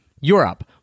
Europe